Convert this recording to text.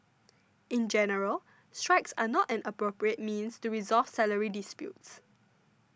in general strikes are not an appropriate means to resolve salary disputes